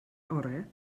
orau